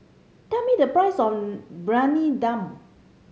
tell me the price of Briyani Dum